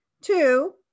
Two